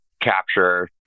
capture